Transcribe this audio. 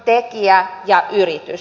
tekijä ja yritys